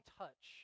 touch